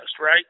right